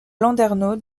landerneau